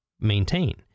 maintain